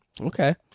okay